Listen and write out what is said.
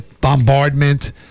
Bombardment